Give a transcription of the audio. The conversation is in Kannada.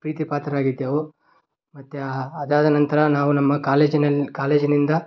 ಪ್ರೀತಿ ಪಾತ್ರರಾಗಿದ್ದೆವು ಮತ್ತೆ ಅದಾದ ನಂತರ ನಾವು ನಮ್ಮ ಕಾಲೇಜಿನಲ್ಲಿ ಕಾಲೇಜಿನಿಂದ